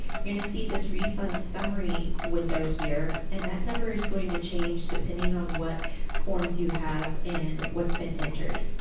you're gonna see this refund summary window here. and that number is going to change depending on what forms you have and what's been entered.